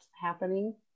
happening